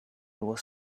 was